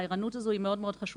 הערנות הזאת היא מאוד חשובה,